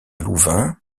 louvain